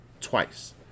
twice